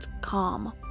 calm